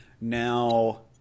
Now